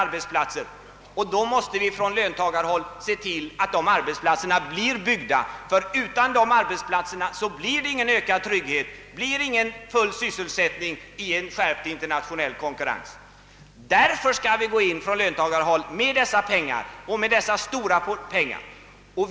Och från löntagarhåll måste man vara med och skapa sådana arbetstillfällen. Det blir nämligen ingen ökad trygghet utan dessa bättre arbetstillfällen. Det blir inte annars någon full sysselsättning i en skärpt internationell konkurrens. Därför skall man från löntagarhåll använda dessa pengar i näringslivet.